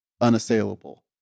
unassailable